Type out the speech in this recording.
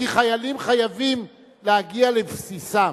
כי חיילים חייבים להגיע לבסיסם.